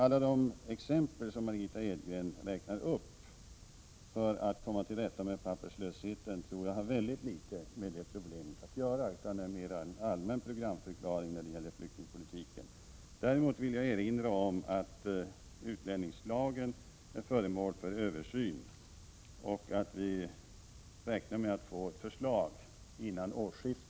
Alla de exempel som Margitta Edgren räknade upp för att komma till rätta med papperslösheten tror jag har väldigt litet med problemet att göra. Det var mera en allmän programförklaring när det gäller flyktingpolitiken. Däremot vill jag erinra om att utlänningslagen är föremål för översyn och att vi räknar med att få ett förslag före årsskiftet.